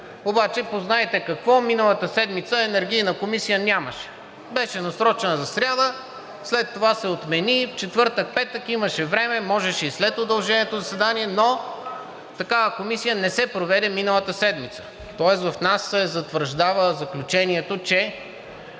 Обаче познайте какво? Миналата седмица Енергийна комисия нямаше – беше насрочена за сряда, след това се отмени, в четвъртък и петък имаше време, можеше и след удълженото заседание, но такава комисия не се проведе миналата седмица. Тоест в нас се затвърждава заключението, че